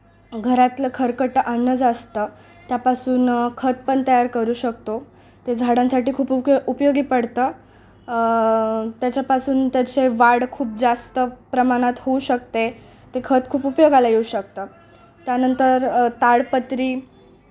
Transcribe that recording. घरातलं खरकटं अन्न जे असतं त्यापासून खत पण तयार करू शकतो ते झाडांसाठी खूप उप उपयोगी पडतं त्याच्यापासून त्याचे वाढ खूप जास्त प्रमाणात होऊ शकते ते खत खूप उपयोगाला येऊ शकतं त्यानंतर ताडपत्री